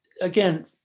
again